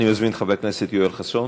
אני מזמין את חבר הכנסת יואל חסון,